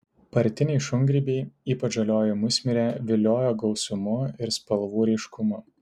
partiniai šungrybiai ypač žalioji musmirė vilioja gausumu ir spalvų ryškumu